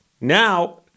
Now